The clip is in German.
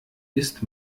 ist